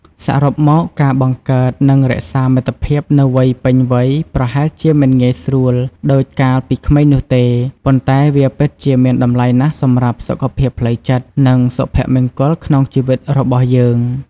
សរុបមក ការបង្កើត និងរក្សាមិត្តភាពនៅវ័យពេញវ័យប្រហែលជាមិនងាយស្រួលាដូចកាលពីក្មេងនោះទេ ប៉ុន្តែវាពិតជាមានតម្លៃណាស់សម្រាប់សុខភាពផ្លូវចិត្ត និងសុភមង្គលក្នុងជីវិតរបស់យើង។